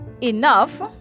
enough